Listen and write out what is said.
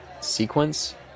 sequence